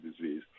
disease